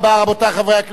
רבותי חברי הכנסת,